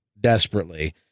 desperately